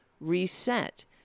reset